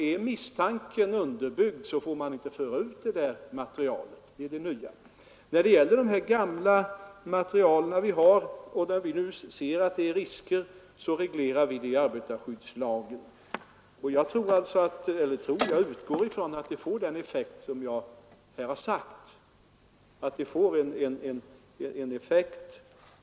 Är en misstanke om farlighet underbyggd får produkten eller materialet inte föras ut — det är det nya. När det gäller de gamla material vi har och där vi nu ser att det är risker, så reglerar vi det i arbetarskyddslagen. Och jag utgår, som sagt, från att det får en tillfredsställande effekt.